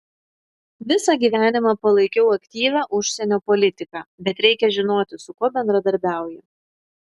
visą gyvenimą palaikiau aktyvią užsienio politiką bet reikia žinoti su kuo bendradarbiauji